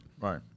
right